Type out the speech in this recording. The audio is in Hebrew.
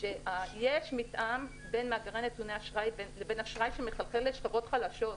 שיש מתאם בין מאגרי נתוני אשראי לבין אשראי שמחלחל לשכבות חלשות,